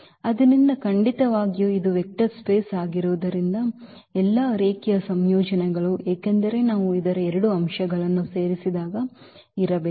ಆದ್ದರಿಂದ ಖಂಡಿತವಾಗಿಯೂ ಇದು ವೆಕ್ಟರ್ ಸ್ಪೇಸ್ ಆಗಿರುವುದರಿಂದ ಎಲ್ಲಾ ರೇಖೀಯ ಸಂಯೋಜನೆಗಳು ಏಕೆಂದರೆ ನಾವು ಇದರ ಎರಡು ಅಂಶಗಳನ್ನು ಸೇರಿಸಿದಾಗ ಇರಬೇಕು